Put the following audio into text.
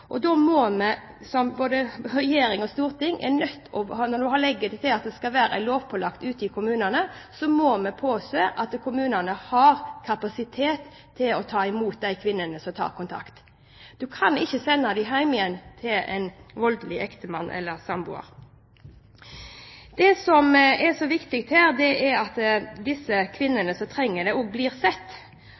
Da må både regjering og storting, som legger opp til at det skal være lovpålagt ute i kommunene, påse at kommunene har kapasitet til å ta imot de kvinnene som tar kontakt. Du kan ikke sende dem hjem igjen til en voldelig ektemann eller samboer. Det som er så viktig her, er at disse kvinnene som trenger det, også blir sett.